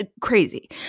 crazy